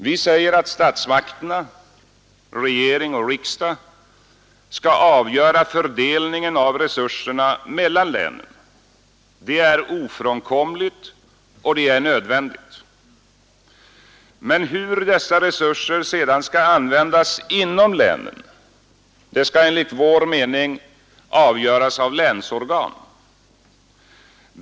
Vi säger att statsmakterna, regering och riksdag, skall avgöra fördelningen av resurserna mellan länen. Det är ofrånkomligt och nödvändigt. Men hur dessa resurser sedan skall användas inom länen skall enligt vår mening avgöras av länsorgan.